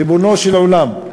ריבונו של עולם,